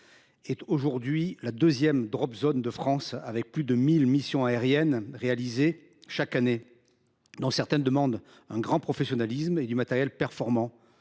est aujourd’hui la deuxième de France. Il réalise plus de mille missions aériennes chaque année, dont certaines demandent un grand professionnalisme et du matériel performant.